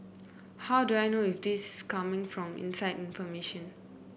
how do I know if this coming from inside information